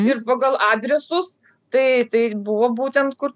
ir pagal adresus tai tai buvo būtent kur